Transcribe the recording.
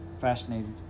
Fascinated